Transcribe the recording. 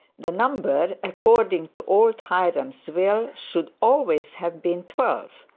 the number, according to old hiram's will, should always have been twelve.